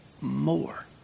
more